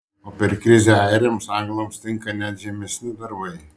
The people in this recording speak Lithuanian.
o per krizę airiams anglams tinka net žemesni darbai